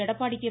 Edappadi K